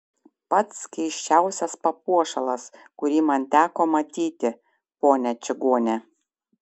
pats keisčiausias papuošalas kurį man teko matyti ponia čigone